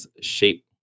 Shape